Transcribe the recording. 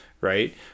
right